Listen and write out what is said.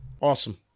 awesome